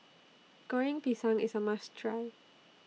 Goreng Pisang IS A must Try